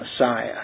Messiah